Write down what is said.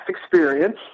experience